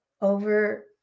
over